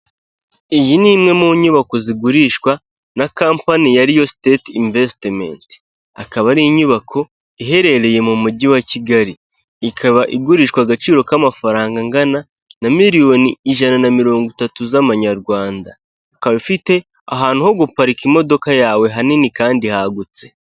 Iyi ni imwe mu nyubako zigurishwa na compani ya Riyo siteti invesitimenti, ikaba ari inyubako iherereye mu mujyi wa Kigali, ikaba igurishwa agaciro k'amafaranga angana na miliyoni ijana na mirongo itatu z'amanyarwanda, ikabafite ahantu ho guparika imodoka yawe hanini kandi hagutse.